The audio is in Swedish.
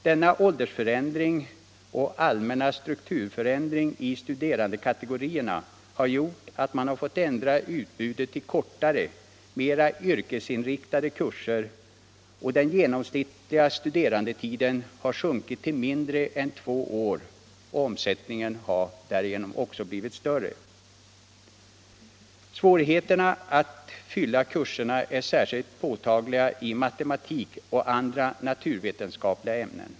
Denna åldersförändring och allmänna strukturförändring i studerandekategorierna har gjort att man fått ändra utbudet till kortare, mer yrkesinriktade kurser. Den genomsnittliga studerandetiden har sjunkit till mindre än två år och omsättningen har därigenom också blivit större. Svårigheterna att fylla kurserna är särskilt påtagliga i matematik och andra naturvetenskapliga ämnen.